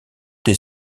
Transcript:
des